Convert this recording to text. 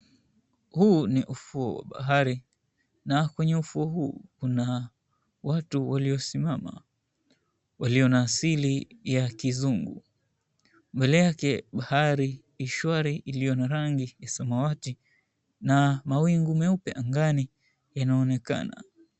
Huu ni ufuo wa bahari na kwenye ufuo huu kuna watu waliosimama walio na asili ya kizungu. Mbele yake bahari i shwari ilio na rangi ya samawati na mawingu meupe angani yanaonekana.